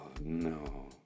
no